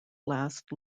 last